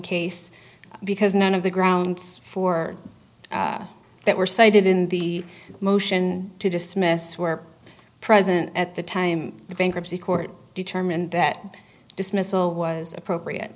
case because none of the grounds for that were cited in the motion to dismiss were present at the time the bankruptcy court determined that dismissal was appropriate